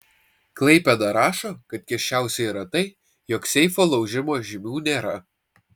klaipėda rašo kad keisčiausia yra tai jog seifo laužimo žymių nėra